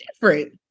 different